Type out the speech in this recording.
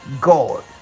God